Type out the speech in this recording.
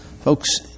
Folks